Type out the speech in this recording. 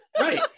Right